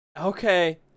Okay